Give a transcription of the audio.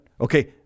Okay